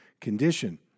condition